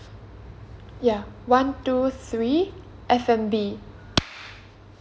ya one two three F&B